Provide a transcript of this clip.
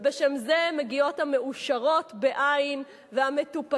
ובשם זה מגיעות ה"מעושרות", והמטופשות,